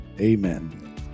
Amen